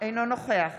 אינו נוכח